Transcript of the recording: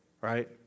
Right